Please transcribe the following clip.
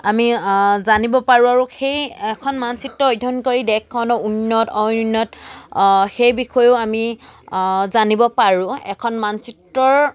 আমি জানিব পাৰো আৰু সেই এখন মানচিত্ৰ অধ্যয়ন কৰি দেশখন উন্নত অন্নত সেই বিষয়েও আমি জানিব পাৰো এখন মানচিত্ৰৰ